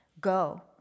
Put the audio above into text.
Go